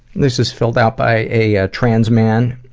this is filled out by a ah trans man,